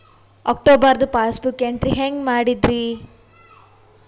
ಅಕ್ಟೋಬರ್ದು passbook entry ಹೆಂಗ್ ಮಾಡದ್ರಿ?